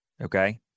Okay